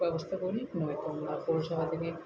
ব্যবস্থা করে নিই নয় পৌরসভা থেকে